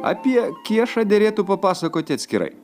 apie kiešą derėtų papasakoti atskirai